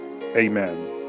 amen